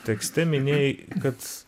tekste minėjai kad